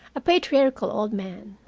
a patriarchal old man,